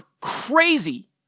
crazy